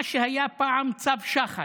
מה שהיה פעם "צו שחל",